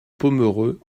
pomereux